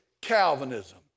Calvinism